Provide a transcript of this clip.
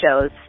shows